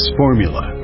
formula